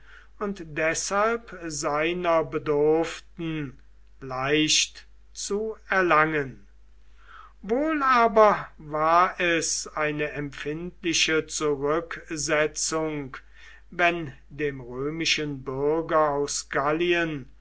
und deshalb seiner bedurften leicht zu erlangen wohl aber war es eine empfindliche zurücksetzung wenn dem römischen bürger aus gallien